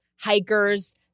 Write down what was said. hikers